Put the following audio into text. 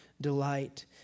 delight